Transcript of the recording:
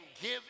give